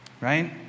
Right